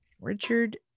richard